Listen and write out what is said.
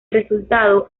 resultado